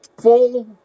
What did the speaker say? full